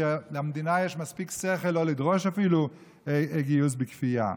שלמדינה יש מספיק שכל לא לדרוש אפילו גיוס בכפייה.